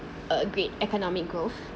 uh great economic growth